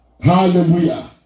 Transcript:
Hallelujah